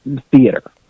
theater